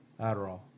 Adderall